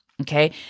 Okay